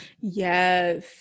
yes